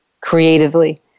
creatively